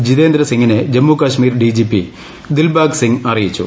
ജിതേന്ദ്ര സിംഗിനെ ജമ്മുകാശ്മീർ ഡിജിപി ദിൽബാഗ് സിംഗ് അറിയിച്ചു